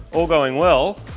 all going well,